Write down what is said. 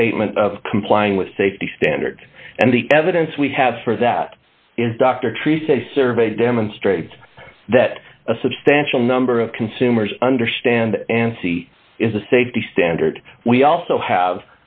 statement of complying with safety standards and the evidence we have for that is dr treece a survey demonstrates that a substantial number of consumers understand and c is a safety standard we also